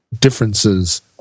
differences